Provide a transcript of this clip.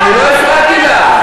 אני לא הפרעתי לך.